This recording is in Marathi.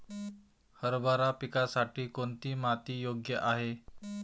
हरभरा पिकासाठी कोणती माती योग्य आहे?